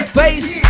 face